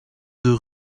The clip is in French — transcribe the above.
deux